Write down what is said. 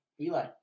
Eli